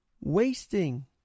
wasting